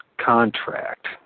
contract